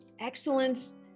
excellence